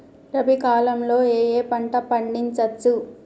రబీ కాలంలో ఏ ఏ పంట పండించచ్చు?